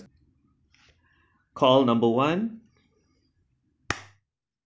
call number one